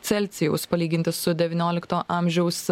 celsijaus palyginti su devyniolikto amžiaus